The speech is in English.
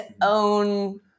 own